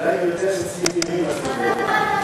עדיין יותר צעירים הסטודנטים.